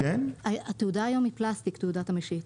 התעודה היום מפלסטיק תעודת המשיט.